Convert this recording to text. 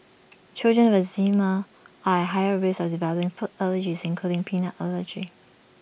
children with eczema are at higher risk of developing food allergies including peanut allergy